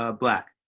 ah black.